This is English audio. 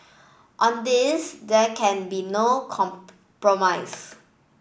on this there can be no compromise